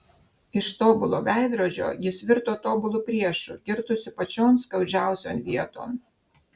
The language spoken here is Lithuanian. iš tobulo veidrodžio jis virto tobulu priešu kirtusiu pačion skaudžiausion vieton